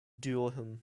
durham